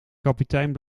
kapitein